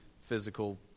physical